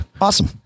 Awesome